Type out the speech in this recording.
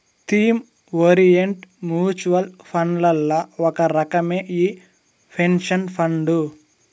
theme orient mutual ఫండ్లల్ల ఒక రకమే ఈ పెన్సన్ ఫండు